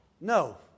no